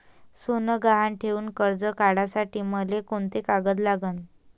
सोनं गहान ठेऊन कर्ज काढासाठी मले कोंते कागद लागन?